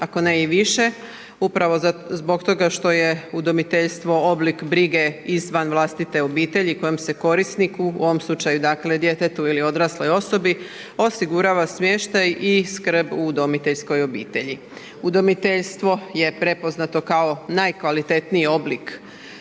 ako ne i više, upravo zbog toga što je udomiteljstvo oblik brige izvan vlastite obitelji kojom se korisniku u ovom slučaju dakle djetetu ili odrasloj osobi osigurava smještaj i skrb u udomiteljskoj obitelji. Udomiteljstvo je prepoznato kao najkvalitetniji oblik skrbi